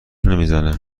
نمیزنه